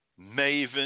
maven